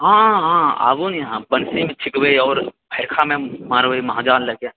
हाँ हंँ हाँ आबू ने इहाँ बन्सीमे छिकबै आओर हेइरखामे मारबै महाजाल लेके